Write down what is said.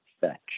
Fetch